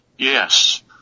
Yes